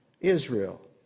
Israel